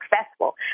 successful